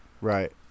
Right